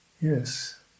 yes